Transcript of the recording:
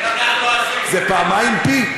זה פעמיים p?